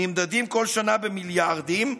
נאמדים כל שנה במיליארדים,